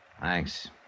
Thanks